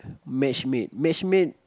match made match made